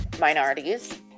minorities